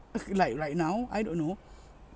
like right now I don't know